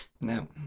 No